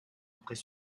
après